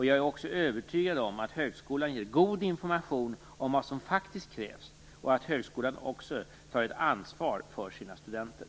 Jag är också övertygad om att högskolan ger god information om vad som faktiskt krävs och att högskolan också tar ett ansvar för sina studenter.